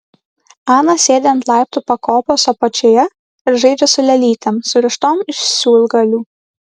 ana sėdi ant laiptų pakopos apačioje ir žaidžia su lėlytėm surištom iš siūlgalių